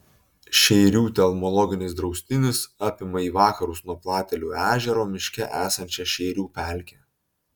šeirių telmologinis draustinis apima į vakarus nuo platelių ežero miške esančią šeirių pelkę